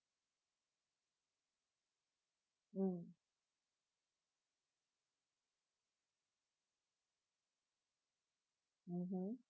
mm mmhmm